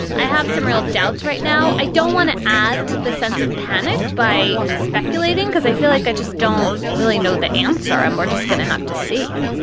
i have some real doubts right now. i don't want to add to the sense of panic by speculating because i feel like i just don't really know the answer and we're just going to have to see